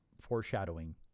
foreshadowing